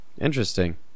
Interesting